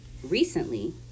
Recently